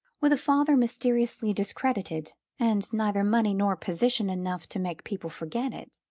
with a father mysteriously discredited, and neither money nor position enough to make people forget it,